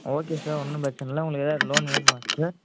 okay sir ஒன்றும் பிரச்சின இல்லை உங்களுக்கு ஏதாவது லோன் வேணுமா சார்